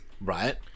Right